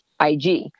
Ig